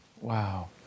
Wow